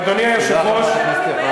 אנחנו הצלנו את ישראל.